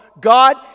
God